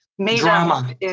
Drama